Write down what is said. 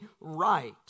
right